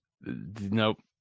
Nope